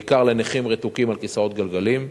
בעיקר לנכים רתוקים לכיסאות גלגלים.